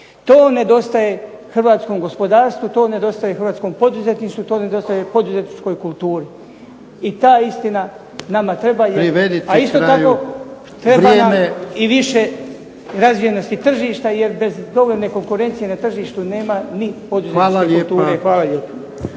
To nedostaje hrvatskom gospodarstvu, to nedostaje hrvatskom poduzetništvu, to nedostaje poduzetničkoj kulturi. I ta istina nama treba. .../Upadica Jarnjak: Privedite kraju. Vrijeme./... A isto tako treba nam i više razvijenosti tržišta, jer bez dovoljne konkurencije na tržištu nema ni poduzetničke kulture. Hvala lijepa.